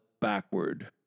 backward